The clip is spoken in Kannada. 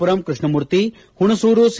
ಪುರಂ ಕೃಷ್ಣಮೂರ್ತಿ ಹುಣಸೂರು ಸಿ